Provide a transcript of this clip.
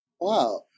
Wow